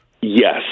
Yes